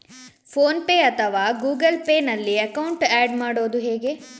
Phone pay ಅಥವಾ Google Pay ನಲ್ಲಿ account add ಮಾಡುವುದು ಹೇಗೆ?